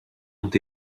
ont